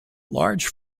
large